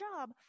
job